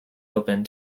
opened